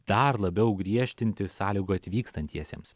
dar labiau griežtinti sąlygų atvykstantiesiems